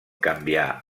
canviar